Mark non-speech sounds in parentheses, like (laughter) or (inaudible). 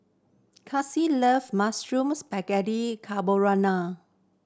(unintelligible) love Mushroom Spaghetti Carbonara